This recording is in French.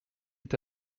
est